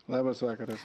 labas vakaras